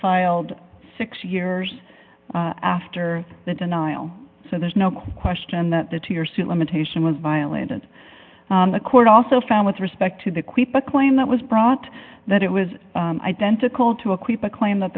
filed six years after the denial so there's no question that the two your suit limitation was violated the court also found with respect to the quip a claim that was brought that it was identical to acquit a claim that